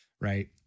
Right